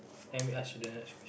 let me ask you the question